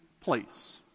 place